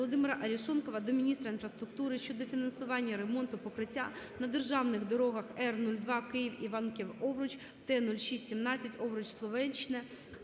Володимира Арешонкова до міністра інфраструктури щодо фінансування ремонту покриття на державних дорогах Р-02 Київ-Іванків-Овруч, Т-06-17 Овруч-Словечне,